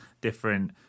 different